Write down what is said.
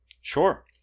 Sure